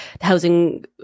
housing